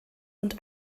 und